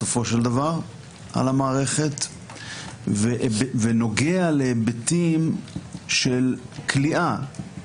בסופו של דבר על המערכת; ונוגע להיבטים של כליאה,